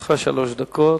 לרשותך שלוש דקות.